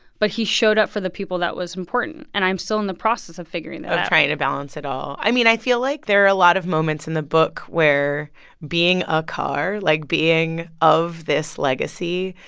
but he showed up for the people that was important. and i'm still in the process of figuring that out of trying to balance it all. i mean, i feel like there are a lot of moments in the book where being a carr, like, being of this legacy,